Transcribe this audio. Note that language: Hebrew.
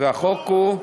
והחוק הוא,